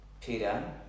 Peter